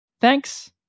Thanks